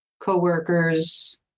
co-workers